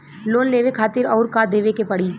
Loan लेवे खातिर अउर का देवे के पड़ी?